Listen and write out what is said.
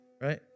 right